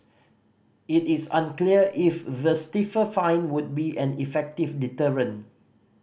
it is unclear if the stiffer fine would be an effective deterrent